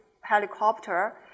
helicopter